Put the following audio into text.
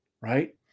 right